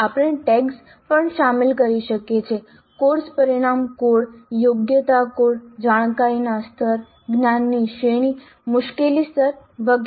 આપણે ટેગ્સ પણ શામેલ કરી શકીએ છીએ કોર્સ પરિણામ કોડ યોગ્યતા કોડ જાણકારીના સ્તર જ્ઞાનની શ્રેણી મુશ્કેલી સ્તર વગેરે